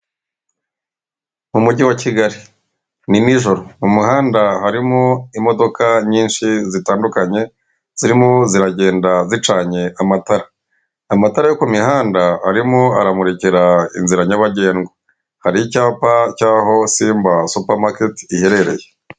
Mu mujyi wa kigali ni n'ijoro mu muhanda harimo imodoka nyinshi zitandukanye zirimo ziragenda zicanye amatara, amatara yo ku mihanda arimo aramurikira inzira nyabagendwa, hari icyapa cyaho simba supa maketi iherereye.